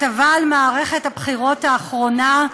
על מערכת הבחירות האחרונה,